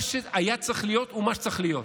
מה שהיה צריך להיות ומה שצריך להיות.